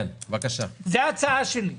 זו ההצעה שלי.